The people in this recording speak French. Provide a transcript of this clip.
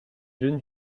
jeune